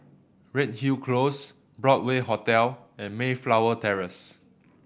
Redhill Close Broadway Hotel and Mayflower Terrace